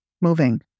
moving